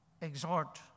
exhort